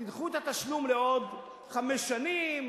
תדחו את התשלום לעוד חמש שנים.